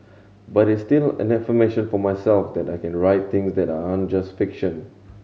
but it's still an affirmation for myself that I can write things that aren't just fiction